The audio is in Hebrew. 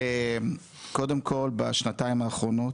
כן, קודם כל בשנתיים האחרונות,